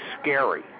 scary